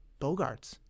Bogarts